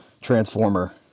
transformer